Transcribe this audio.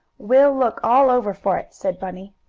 we'll look all over for it, said bunny.